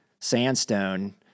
sandstone